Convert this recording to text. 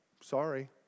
Sorry